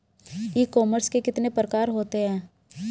ई commerce के कितने प्रकार होते हैं?